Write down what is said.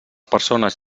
persones